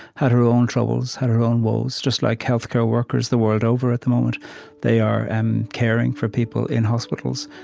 had her own troubles, had her own woes, just like healthcare workers the world over at the moment they are and caring for people in hospitals,